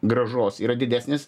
grąžos yra didesnis